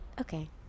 Okay